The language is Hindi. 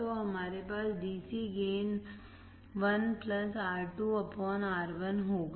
तो हमारे पास DC गेन 1R2R1 होगा